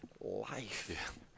life